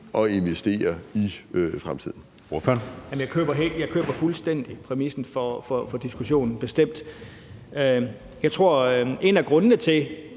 Søren Pape Poulsen (KF): Jeg køber fuldstændig præmissen for diskussionen, bestemt. Jeg tror, at en af grundene til,